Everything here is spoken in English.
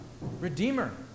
Redeemer